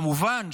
כמובן,